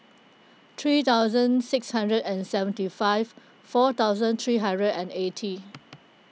three thousand six hundred and seventy five four thousand three hundred and eighty